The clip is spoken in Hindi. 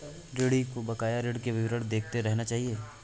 ऋणी को बकाया ऋण का विवरण देखते रहना चहिये